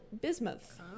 bismuth